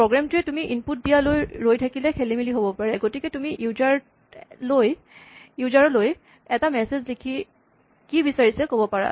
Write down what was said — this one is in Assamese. প্ৰগ্ৰেম টোৱে তুমি ইনপুট দিয়ালৈ ৰৈ থাকিলে খেলিমেলি হ'ব পাৰে গতিকে তুমি ইউজাৰ লৈ এটা মেছেজ লিখি কি বিচাৰিছে ক'ব পাৰা